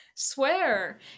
swear